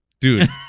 Dude